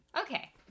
Okay